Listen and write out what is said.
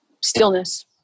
stillness